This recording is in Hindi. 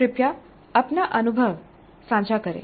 कृपया अपना अनुभव साझा करें